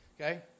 Okay